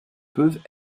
peuvent